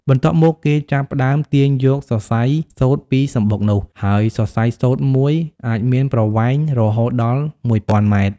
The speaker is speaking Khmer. បន្ទាប់មក គេចាប់ផ្តើមទាញយកសរសៃសូត្រពីសំបុកនោះ ហើយសរសៃសូត្រមួយអាចមានប្រវែងរហូតដល់ ១០០០ ម៉ែត្រ។